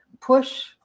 push